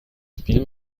spiel